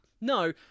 no